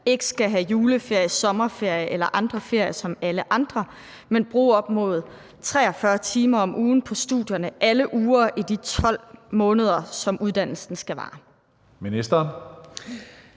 ikke skal have juleferie, sommerferie eller andre ferier som alle andre, men bruge op mod 43 timer om ugen på studierne alle uger i de 12 måneder, som uddannelsen skal vare? Kl.